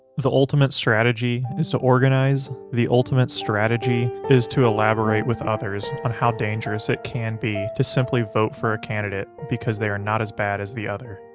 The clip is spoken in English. the ultimate strategy is to organize, the ultimate strategy is to elaborate with others on how dangerous it can be to simply vote for a candidate because they are not as bad as the other,